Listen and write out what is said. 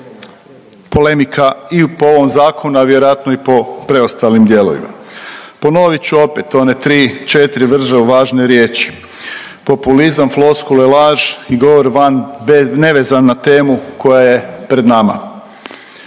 polemika i po ovom zakonu, a vjerojatno i po preostalim dijelovima. Ponovit ću opet one 3, 4 vrlo važne riječi. Populizam, floskule, laž i govor van nevezan na temu koja je pred nama.